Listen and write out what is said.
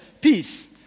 peace